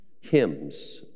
hymns